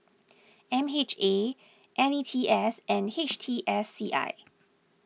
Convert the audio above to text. M H A N E T S and H T S C I